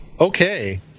Okay